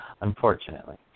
unfortunately